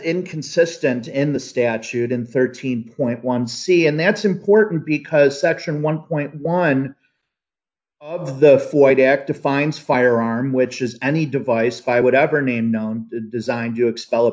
inconsistent in the statute and thirteen point one c and that's important because section one point one of the flight act defines firearm which is any device by whatever name known designed to expel a